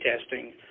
testing